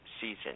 season